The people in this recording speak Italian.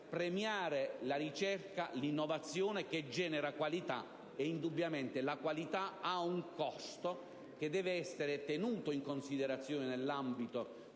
premiare la ricerca e l'innovazione, che generano qualità: questa indubbiamente ha un costo, che deve essere tenuto in considerazione nell'ambito